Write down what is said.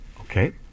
Okay